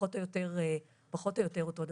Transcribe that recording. פחות או יותר אותו דבר.